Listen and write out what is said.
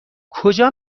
کجا